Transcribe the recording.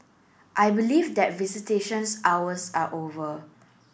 I believe that visitations hours are over